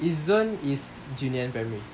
east zone is junyuan primary